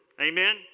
Amen